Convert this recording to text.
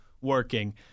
working